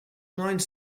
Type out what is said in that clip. nine